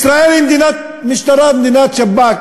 ישראל היא מדינת משטרה, מדינת שב"כ.